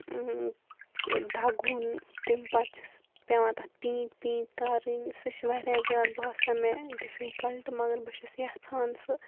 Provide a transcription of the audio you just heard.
دَگُن تمہِ پَتہٕ چھِ سُہ پیٚوان تَتھ پیٖنتۍ پیٖنتۍ کَرٕنۍ سُہ چھِ واریاہ زیادٕ باسان مےٚ ڈِفِکَلٹ مگر بہٕ چھَس یَژھان سُہ